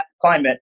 climate